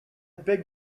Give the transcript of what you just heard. beg